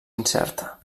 incerta